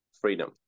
freedom